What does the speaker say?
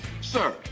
Sir